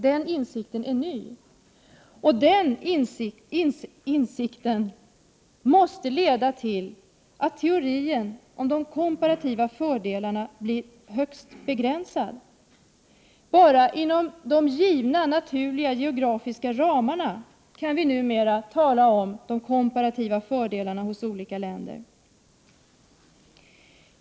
Den insikten är ny, och den insikten måste leda till att teorierna om de komparativa fördelarna blir högst begränsade. Bara inom de givna naturliga geografiska ramarna kan vi numera tala om de komparativa fördelarna hos olika länder.